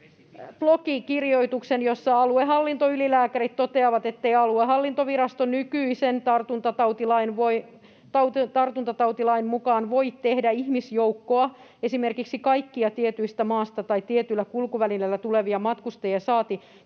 blogikirjoituksen, jossa aluehallintoylilääkärit toteavat, ettei aluehallintovirasto nykyisen tartuntatautilain mukaan voi tehdä ihmisjoukkoa — esimerkiksi kaikkia tietyistä maista tai tietyllä kulkuvälineellä tulevia matkustajia saati